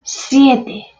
siete